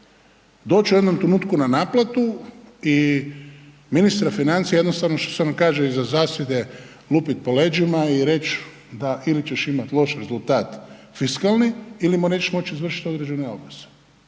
Doći će u jednom trenutku na naplatu i ministra financija jednostavno, što se ono kaže iza zasjede lupit po leđima i reći da, ili ćeš imati loš rezultat fiskalni ili mu nećeš moći izvršiti određene obaveze.